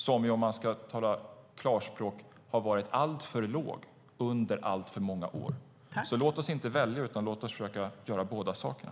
Den har - om man ska tala klarspråk - varit alltför låg under alltför många år. Låt oss inte välja, utan låt oss försöka göra båda sakerna!